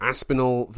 Aspinall